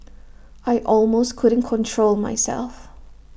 I almost couldn't control myself